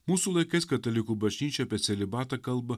mūsų laikais katalikų bažnyčia apie celibatą kalba